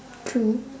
true